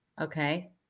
Okay